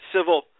civil